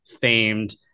famed